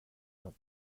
felt